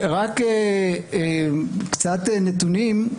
קצת נתונים.